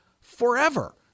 forever